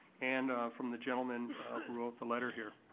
and from the gentleman who wrote the letter here.